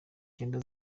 cyenda